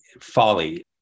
folly